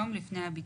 שעשוי מזהב?